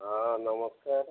ହଁ ନମସ୍କାର